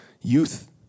youth